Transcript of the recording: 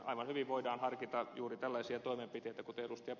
aivan hyvin voidaan harkita juuri tällaisia toimenpiteitä kuten ed